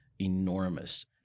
enormous